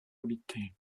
habitée